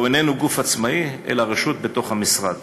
זהו איננו גוף עצמאי, אלא רשות בתוך המשרד.